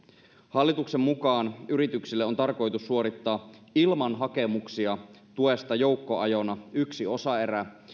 hallituksen mukaan yrityksille on tarkoitus suorittaa ilman hakemuksia tuesta joukkoajona yksi osaerä